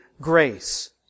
grace